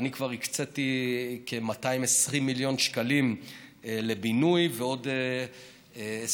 אני כבר הקציתי כ-220 מיליון שקלים לבינוי ועוד 23